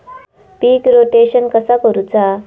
पीक rotation कसा करूचा?